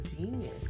genius